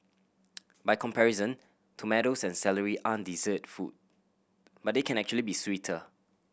by comparison tomatoes and celery aren't dessert food but they can actually be sweeter